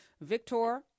Victor